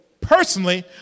personally